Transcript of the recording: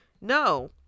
No